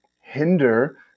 hinder